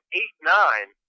eight-nine